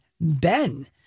Ben